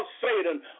Satan